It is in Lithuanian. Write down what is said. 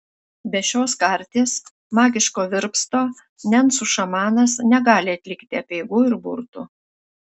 be šios karties magiško virpsto nencų šamanas negali atlikti apeigų ir burtų